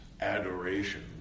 adoration